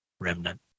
remnant